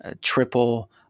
triple